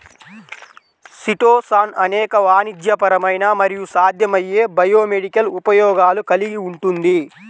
chitosan అనేక వాణిజ్యపరమైన మరియు సాధ్యమయ్యే బయోమెడికల్ ఉపయోగాలు కలిగి ఉంటుంది